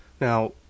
Now